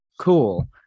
Cool